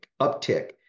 uptick